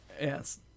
yes